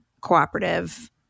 cooperative